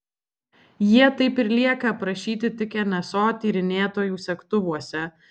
jie taip ir lieka aprašyti tik nso tyrinėtojų segtuvuose